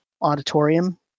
auditorium